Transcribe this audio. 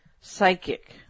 psychic